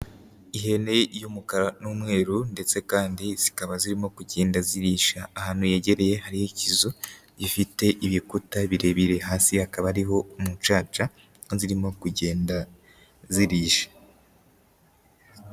Ihene y'umukara n'umweru ndetse kandi zikaba zirimo kugenda zirisha ahantu hegereye hari ikizu, gifite ibikuta birebire, hasi hakaba hariho umucaca niho zirimo kugenda zirisha.